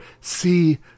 see